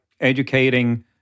Educating